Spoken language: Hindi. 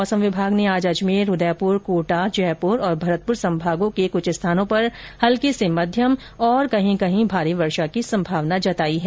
मौसम विभाग ने आज अजमेर उदयपुर कोटा जयपुर व भरतपुर संभागों के कुछ स्थानों पर हल्की से मध्यम तथा कहीं कहीं भारी वर्षा की संभावना जतायी है